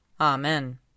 Amen